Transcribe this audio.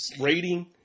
rating